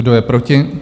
Kdo je proti?